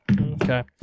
Okay